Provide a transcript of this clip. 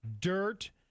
dirt